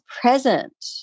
present